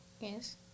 Yes